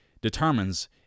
determines